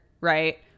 right